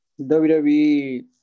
WWE